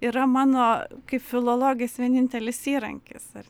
yra mano kaip filologės vienintelis įrankis ar